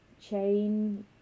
chain